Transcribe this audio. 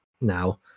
now